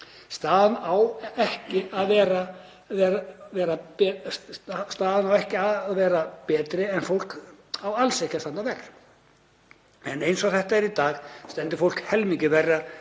Staðan á ekki að vera betri en fólk á alls ekki að standa verr en eins og þetta er í dag stendur fólk helmingi verr